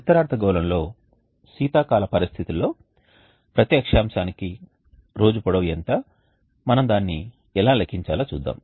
ఉత్తర అర్ధగోళంలో శీతాకాల పరిస్థితులలో ప్రతి అక్షాంశానికి రోజు పొడవు ఎంత మనం దానిని ఎలా లెక్కించాలో చూద్దాం